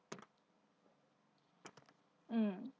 mm